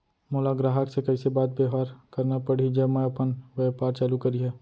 मोला ग्राहक से कइसे बात बेवहार करना पड़ही जब मैं अपन व्यापार चालू करिहा?